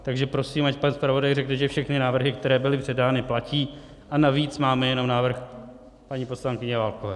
Takže prosím, ať pan zpravodaj řekne, že všechny návrhy, které byly předány, platí a navíc máme jenom návrh paní poslankyně Válkové.